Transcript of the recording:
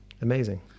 Amazing